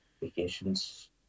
vacations